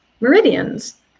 meridians